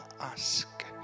ask